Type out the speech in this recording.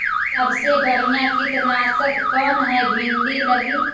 सबसे बढ़िया कित्नासक कौन है भिन्डी लगी?